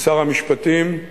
שר המשפטים,